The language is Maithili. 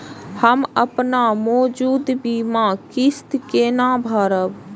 हम अपन मौजूद बीमा किस्त केना भरब?